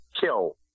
kill